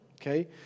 okay